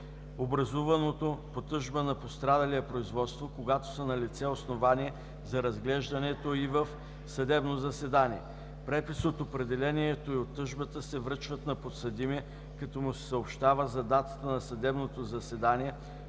образуваното по тъжба на пострадалия производство, когато са налице основания за разглеждането й в съдебно заседание. Препис от определението и от тъжбата се връчват на подсъдимия, като му се съобщава за датата на съдебното заседание,